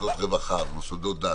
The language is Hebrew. מוסדות רווחה ומוסדות דת,